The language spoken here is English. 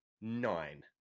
nine